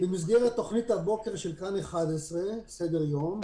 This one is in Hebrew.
במסגרת תוכנית הבוקר של כאן 11 "סדר יום",